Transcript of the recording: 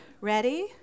Ready